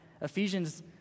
Ephesians